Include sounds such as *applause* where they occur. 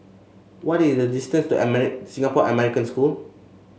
what is the distance to *unintelligible* Singapore American School